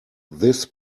this